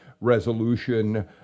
resolution